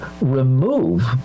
remove